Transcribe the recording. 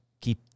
keep